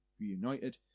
reunited